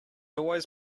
always